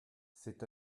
c’est